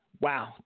Wow